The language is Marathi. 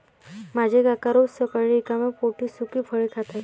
माझे काका रोज सकाळी रिकाम्या पोटी सुकी फळे खातात